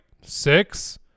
six